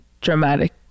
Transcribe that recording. dramatic